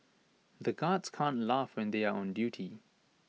the guards can't laugh when they are on duty